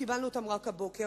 קיבלנו אותם רק הבוקר.